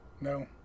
No